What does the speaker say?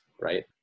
right